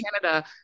Canada